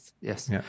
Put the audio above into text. Yes